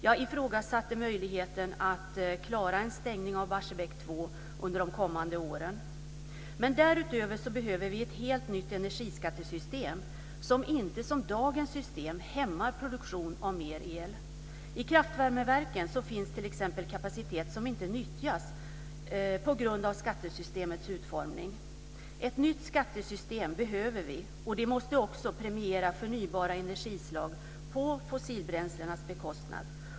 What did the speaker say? Jag ifrågasatte möjligheten att klara en stängning av Barsebäck 2 under de kommande åren. Därutöver behöver vi ett helt nytt energiskattesystem, som inte hämmar produktion av mer el, som dagens system. I kraftvärmeverken finns t.ex. kapacitet som inte nyttjas på grund av skattesystemets utformning. Ett nytt skattesystem behöver vi, och det måste också premiera förnybara energislag på fossilbränslenas bekostnad.